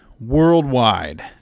Worldwide